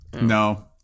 No